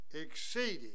exceeding